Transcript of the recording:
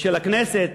של הכנסת,